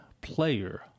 player